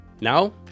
Now